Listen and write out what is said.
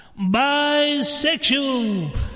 bisexual